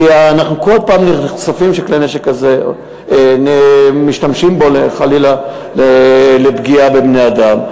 כי אנחנו כל פעם נחשפים שכלי נשק כזה משתמשים בו חלילה לפגיעה בבני-אדם.